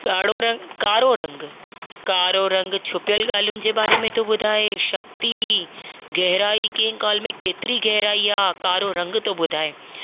ॻाढ़ो रंग कारो रंग कारो रंग छुपियलु ॻाल्हियुनि जे बारे में थो ॿुधाए शक्ती गहिराई कंहिं ॻाल्हि में केतिरी गहिराई आ कारो रंग थो ॿुधाए